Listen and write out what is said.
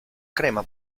crema